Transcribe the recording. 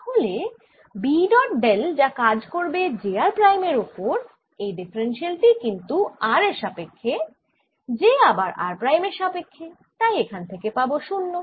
তাহলে B dot del যা কাজ করবে j r প্রাইম এর ওপর এই ডিফারেনশাল টি কিন্তু r এর সাপেক্ষ্যে j আবার r প্রাইম এর সাপেক্ষ্যে তাই এখান থেকে পাবো 0